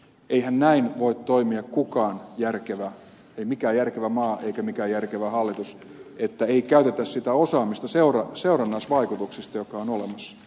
eihän näin voi toimia kukaan järkevä ei mikään järkevä maa eikä mikään järkevä hallitus että ei käytetä sitä osaamista seurannaisvaikutuksista joka on olemassa